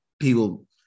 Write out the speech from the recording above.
people